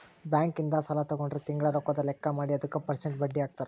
bank ಇಂದ ಸಾಲ ತಗೊಂಡ್ರ ತಿಂಗಳ ರೊಕ್ಕದ್ ಲೆಕ್ಕ ಮಾಡಿ ಅದುಕ ಪೆರ್ಸೆಂಟ್ ಬಡ್ಡಿ ಹಾಕ್ತರ